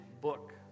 book